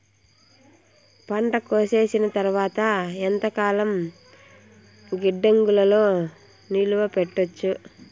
పంట కోసేసిన తర్వాత ఎంతకాలం గిడ్డంగులలో నిలువ పెట్టొచ్చు?